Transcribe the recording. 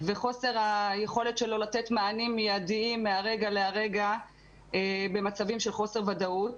וחוסר היכולת שלו לתת מענים מיידיים מהרגע להרגע במצבים של חוסר ודאות.